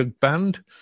Band